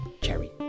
Cherry